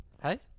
Hey